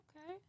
Okay